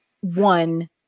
one